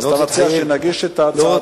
אתה מציע שנגיש את הצעת החוק?